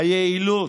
היעילות,